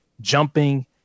jumping